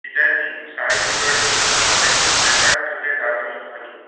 इदानीं sci two dot zero project meta project meta कृते दातव्यं खलु